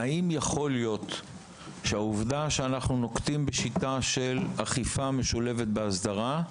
יכול להיות שהעובדה שאנחנו נוקטים בשיטה של אכיפה שמשולבת בהסדרה,